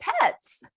Pets